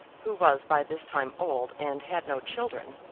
who was by this time old and had no children,